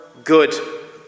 Good